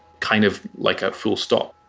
kind of like a full stop